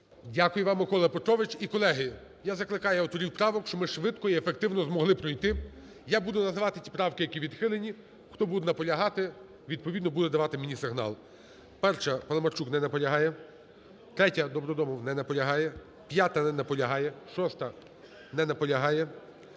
Дякую вам, Микола Петрович. І, колеги, я закликаю авторів правок, щоб ми швидко і ефективно змогли пройти. Я буду називати ті правки, які відхилені, хто буде наполягати, відповідно буде давати мені сигнал. 1-а. Паламарчук. Не наполягає. 3-я.Добродомов. Не наполягає. 5-а. Не наполягає. 6-а. Не наполягає.